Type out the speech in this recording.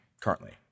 currently